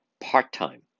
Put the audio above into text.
part-time